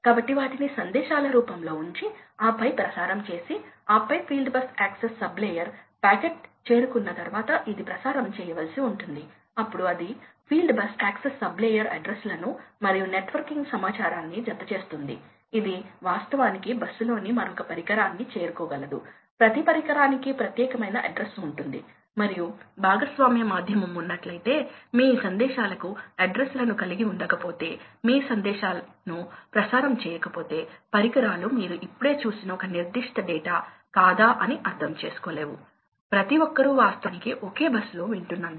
కాబట్టి మేము ఈ వేరియబుల్ స్పీడ్ ఫ్యాన్ కంట్రోల్ ని చూస్తాము కాబట్టి ఇప్పుడు ఏమి జరుగుతుందంటే మీరు వేగాన్ని తగ్గించాలనుకుంటే మేము ఎటువంటి డాంపర్ లేదా ఏదైనా వాల్వ్ ఉంచబోము మరో మాటలో చెప్పాలంటే సిస్టమ్ యొక్క లక్షణం మారదు ఇప్పుడు మేము ఫ్యాన్ వేగాన్ని మారుస్తున్నాము కాబట్టి ఫ్యాన్ లక్షణం మారుతుంది